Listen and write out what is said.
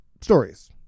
stories